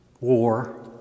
war